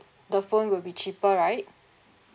the phone will be cheaper right